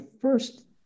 first